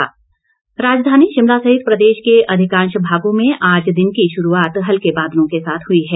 मौसम राजधानी शिमला सहित प्रदेश के अधिकांश भागों में आज दिन की शुरूआत हल्के बादलों के साथ हुई है